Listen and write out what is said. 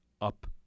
up